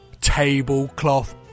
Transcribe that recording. tablecloth